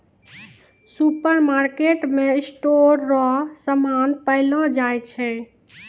सुपरमार्केटमे स्टोर रो समान पैलो जाय छै